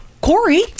Corey